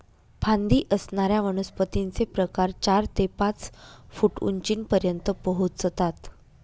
फांदी असणाऱ्या वनस्पतींचे प्रकार चार ते पाच फूट उंचीपर्यंत पोहोचतात